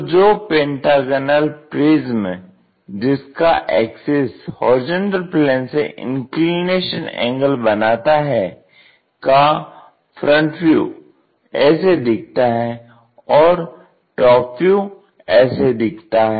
तो जो pentagonal prism जिसका एक्सिस HP से इंक्लिनेशन एंगल बनाता है का फ्रंट व्यू ऐसे दिखता है और टॉप व्यू ऐसे दिखता है